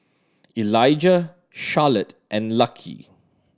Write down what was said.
Elijah Charlotte and Lucky